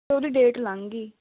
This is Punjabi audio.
ਉਹਦੀ ਡੇਟ ਲੰਘ ਗਈ